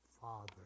Father